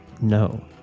No